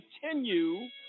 continue